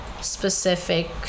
specific